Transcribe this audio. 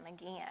again